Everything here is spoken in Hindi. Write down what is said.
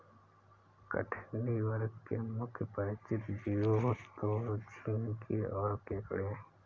कठिनी वर्ग के मुख्य परिचित जीव तो झींगें और केकड़े हैं